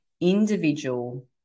individual